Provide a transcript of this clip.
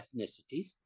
ethnicities